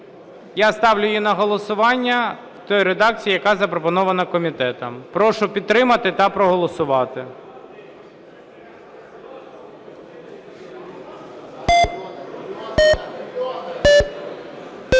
Я ставлю її на голосування в тій редакції, яка запропонована комітетом. Прошу підтримати та проголосувати.